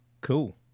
Cool